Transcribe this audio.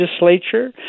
legislature